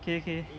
okay okay